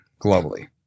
globally